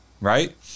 right